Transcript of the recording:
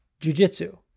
jujitsu